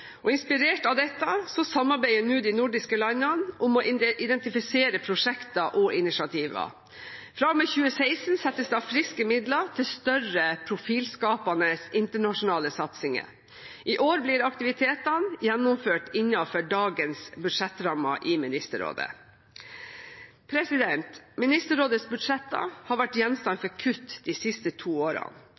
og inspirert av dette samarbeider nå de nordiske landene om å identifisere prosjekter og initiativer. Fra og med 2016 settes det av friske midler til større profilskapende internasjonale satsinger. I år blir aktiviteter gjennomført innenfor dagens budsjettrammer i Ministerrådet. Ministerrådets budsjetter har vært gjenstand for kutt de siste to årene.